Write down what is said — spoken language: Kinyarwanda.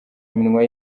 iminwa